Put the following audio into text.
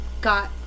Got